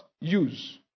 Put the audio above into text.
Use